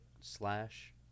slash